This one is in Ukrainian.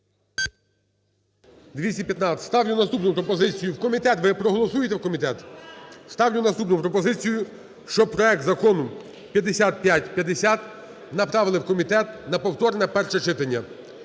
215. Ставлю наступну пропозицію: в комітет. Ви проголосуєте - в комітет? Ставлю наступну пропозицію, щоб проект закону 5550 направили в комітет на повторне перше читання.